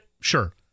sure